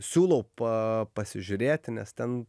siūlau pa pasižiūrėti nes ten